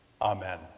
Amen